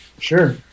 Sure